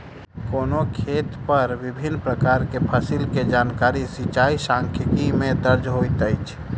कोनो खेत पर विभिन प्रकार के फसिल के जानकारी सिचाई सांख्यिकी में दर्ज होइत अछि